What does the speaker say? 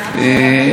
כי מה לעשות,